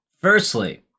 Firstly